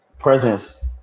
presence